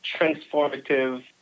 transformative